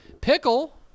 Pickle